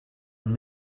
and